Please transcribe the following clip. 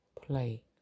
play